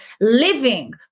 living